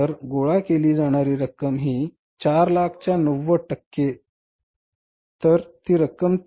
तर गोळा केली जाणारी रक्कम ही 400000 च्या 90 टक्क्यांच्या 100 टक्के आहे